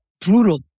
brutal